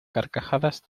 carcajadas